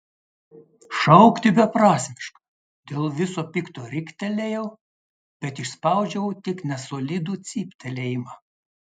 šaukti beprasmiška dėl viso pikto riktelėjau bet išspaudžiau tik nesolidų cyptelėjimą